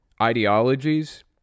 ideologies